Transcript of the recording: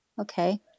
Okay